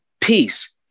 peace